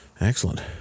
Excellent